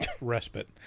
respite